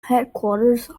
headquarters